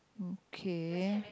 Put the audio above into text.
okay